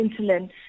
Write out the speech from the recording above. insulin